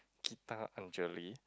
Gita-Angeli